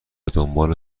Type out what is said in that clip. دنبال